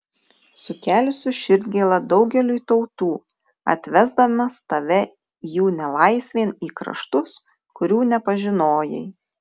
sukelsiu širdgėlą daugeliui tautų atvesdamas tave jų nelaisvėn į kraštus kurių nepažinojai